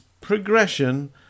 progression